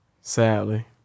Sadly